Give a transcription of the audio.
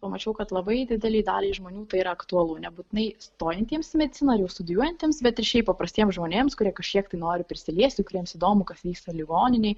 pamačiau kad labai didelei daliai žmonių tai yra aktualu nebūtinai stojantiems į mediciną jau studijuojantiems bet ir šiaip paprastiem žmonėms kurie kažkiek tai nori prisiliesti kuriems įdomu kas vyksta ligoninėj